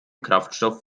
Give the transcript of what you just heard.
kraftstoff